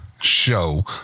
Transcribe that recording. show